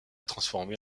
transformé